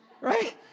right